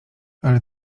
ale